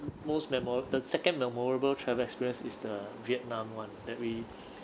most memo~ the second memorable travel experience is the vietnam [one] that we